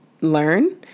learn